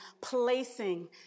placing